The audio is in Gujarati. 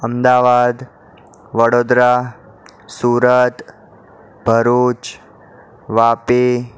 અમદાવાદ વડોદરા સુરત ભરૂચ વાપી